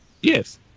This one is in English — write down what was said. Yes